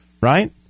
right